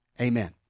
Amen